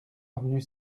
avenue